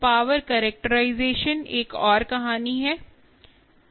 power characterisation एक और कहानी है